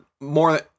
more